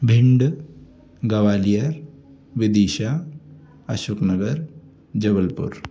Bhind Gwalior Vidisha Ashok Nagar Jabalpur